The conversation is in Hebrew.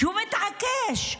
שהוא מתעקש.